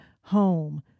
home